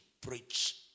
preach